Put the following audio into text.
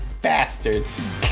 bastards